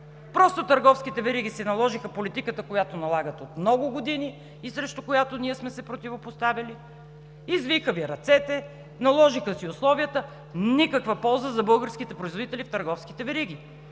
Просто търговските вериги си наложиха политиката, която налагат от много години и срещу която ние сме се противопоставяли, извиха Ви ръцете, наложиха си условията – никаква полза за българските производители в търговските вериги.